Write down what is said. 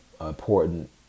Important